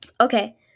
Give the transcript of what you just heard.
Okay